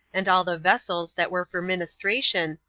and all the vessels that were for ministration,